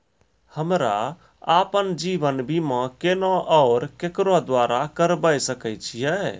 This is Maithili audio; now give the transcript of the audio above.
हमरा आपन जीवन बीमा केना और केकरो द्वारा करबै सकै छिये?